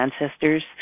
ancestors